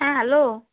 হ্যাঁ হ্যালো